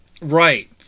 Right